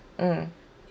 mm